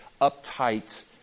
uptight